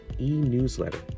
e-newsletter